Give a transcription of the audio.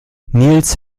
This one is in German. nils